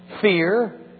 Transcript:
fear